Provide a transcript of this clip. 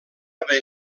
haver